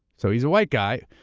so, he's a white guy,